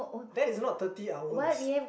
that is not thirty hours